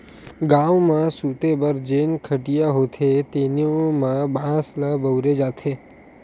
गाँव म सूते बर जेन खटिया होथे तेनो म बांस ल बउरे जाथे